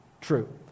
true